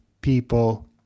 people